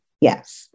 yes